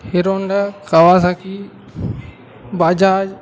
Hero Honda Kawasaki Bajaj